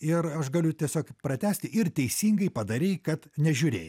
ir aš galiu tiesiog pratęsti ir teisingai padarei kad nežiūrėjai